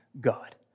God